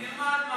נלמד משהו.